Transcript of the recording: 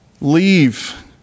Leave